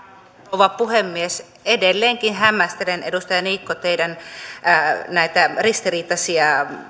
rouva puhemies edelleenkin hämmästelen edustaja niikko näitä teidän ristiriitaisia